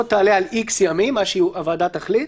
לא תעלה על X ימים, מה שהוועדה תחליט.